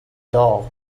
doll